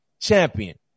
champion